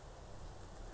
why